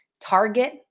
target